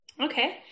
okay